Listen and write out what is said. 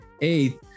eighth